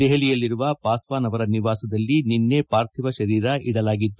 ದೆಹಲಿಯಲ್ಲಿರುವ ಪಾಸ್ವಾನ್ ಅವರ ನಿವಾಸದಲ್ಲಿ ನಿನ್ನೆ ಪಾರ್ಥಿವ ಶರೀರ ಇಡಲಾಗಿತ್ತು